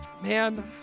man